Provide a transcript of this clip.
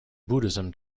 buddhism